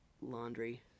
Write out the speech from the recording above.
laundry